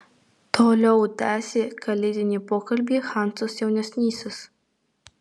toliau tęsė kalėdinį pokalbį hansas jaunesnysis